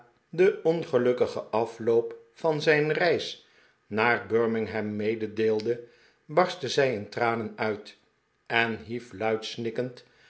den ongelukkigen afloop van zijn reis naar birmingham mededeelde barstte zij in tranen uit en hief